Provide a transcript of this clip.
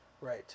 Right